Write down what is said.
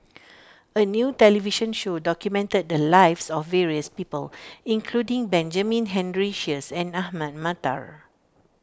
a new television show documented the lives of various people including Benjamin Henry Sheares and Ahmad Mattar